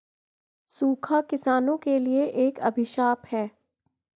सूखा किसानों के लिए एक अभिशाप है